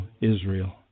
Israel